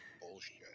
bullshit